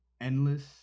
endless